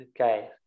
Okay